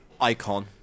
Icon